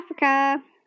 Africa